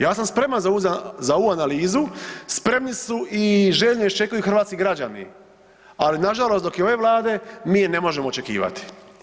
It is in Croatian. Ja sam spreman za ovu analizu, spremni su i željno iščekuju hrvatski građani, ali nažalost dok je ove Vlade mi je ne možemo očekivati.